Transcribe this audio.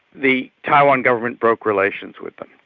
the taiwan government broke relations with them.